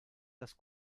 das